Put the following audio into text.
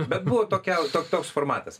bet buvo tokia toks formatas